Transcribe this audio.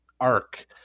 arc